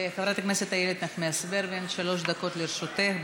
חברת הכנסת איילת נחמיאס ורבין, שלוש דקות לרשותך.